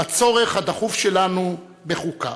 בצורך הדחוף שלנו בחוקה".